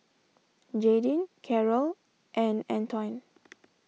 Jaydin Carol and Antoine